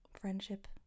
friendship